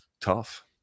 tough